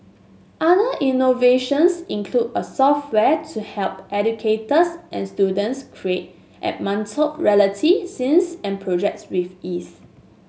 other innovations include a software to help educators and students create augmented reality scenes and projects with ease